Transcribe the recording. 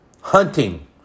hunting